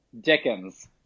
Dickens